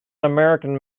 american